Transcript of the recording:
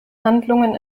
handlungen